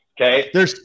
Okay